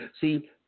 See